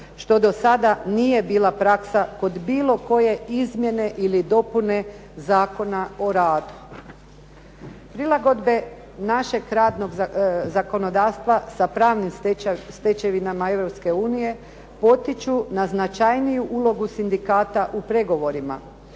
što do sada nije bila praksa kod bilo koje izmjene ili dopune Zakona o radu. Prilagodbe našeg radnog zakonodavstva sa pravnom stečevinama Europske unije, potiču na značajniju ulogu sindikata u pregovorima